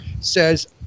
says